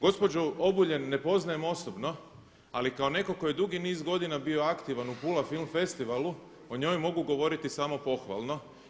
Gospođu Obuljen ne poznajem osobno, ali kao netko tko je dugi niz godina bio aktivan u Pula film festivalu o njoj mogu govoriti samo pohvalno.